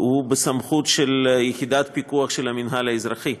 הוא בסמכות של יחידת הפיקוח של המינהל האזרחי,